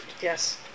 Yes